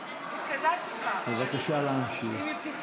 רק שהיושב-ראש לא ירביץ לי, אני אמשיך.